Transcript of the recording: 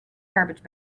garbage